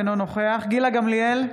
אינו נוכח גילה גמליאל,